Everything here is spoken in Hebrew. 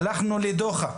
דוידסון הלכנו לדוחה,